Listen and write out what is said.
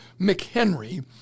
McHenry